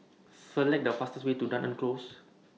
Select The fastest Way to Dunearn Close